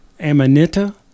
Amanita